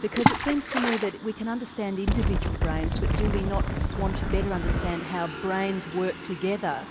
because it seems to me that we can understand individual brains but do we not want to better understand how brains work together